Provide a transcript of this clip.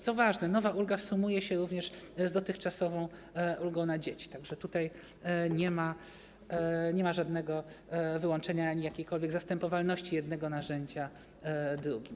Co ważne, nowa ulga sumuje się również z dotychczasową ulgą na dzieci, tak że tutaj nie ma żadnego wyłączenia ani jakiejkolwiek zastępowalności jednego narzędzia drugim.